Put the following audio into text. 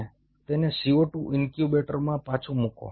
અને તેને CO2 ઇન્ક્યુબેટરમાં પાછું મૂકો